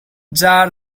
jar